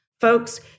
folks